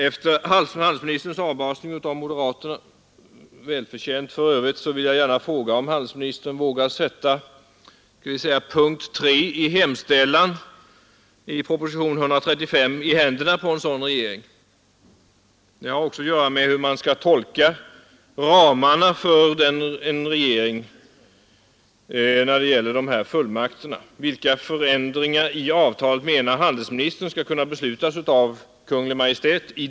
Efter handelsministerns avbasning av moderaterna välförtjänt, för övrigt vill jag gärna fråga, om handelsministern vågar sätta punkt 3 i Det är också viktigt att riksdagens konstitutionella rätt att pröva en hemställan i propositionen 135 i händerna på en sådan regering. Den har att göra med vilka ramar regeringen skall hålla sig inom när det gäller fullmakterna. Vilka förändringar i avtalen menar handelsministern skall kunna beslutas av Kungl. Maj:t?